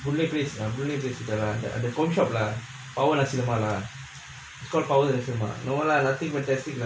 boon lay place I believe with the other pawnshop lah power nasi lemak lah got power if you mah no lah nothing fantastic lah